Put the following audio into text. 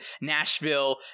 Nashville